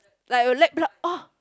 like you lightbulb oh